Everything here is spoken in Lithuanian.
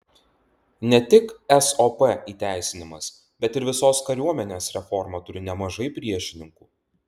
ne tik sop įteisinimas bet ir visos kariuomenės reforma turi nemažai priešininkų